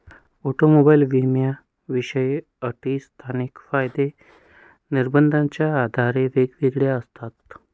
automobile विम्याच्या विशेष अटी स्थानिक कायदा निर्बंधाच्या आधारे वेगवेगळ्या असतात